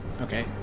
Okay